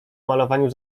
malowaniu